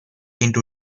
into